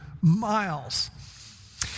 miles